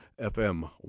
FM